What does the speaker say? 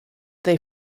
they